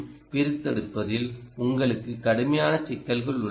பிரித்தெடுப்பதில் உங்களுக்கு கடுமையான சிக்கல்கள் உள்ளன